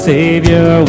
Savior